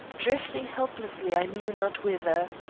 drifting helplessly i knew not whither.